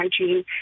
hygiene